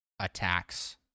attacks